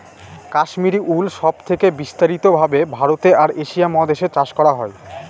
Kashmiri wool সব থেকে বিস্তারিত ভাবে ভারতে আর এশিয়া মহাদেশে চাষ করা হয়